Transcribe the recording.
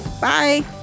Bye